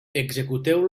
executeu